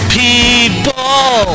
people